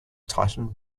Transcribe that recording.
titan